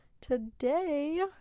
Today